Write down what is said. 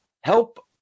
help